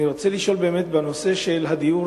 אני רוצה לשאול באמת בנושא הדיור,